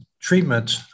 Treatment